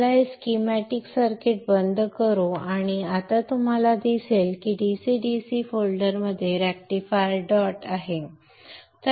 चला हे schematic circuit बंद करू आणि आता तुम्हाला दिसेल की DC DC फोल्डरमध्ये rectifier dot s c h आहे